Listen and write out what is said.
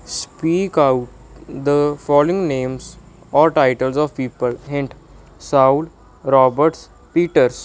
speak out the following names or titles of people hint sound Roberts Peter's